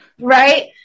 right